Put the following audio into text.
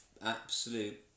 absolute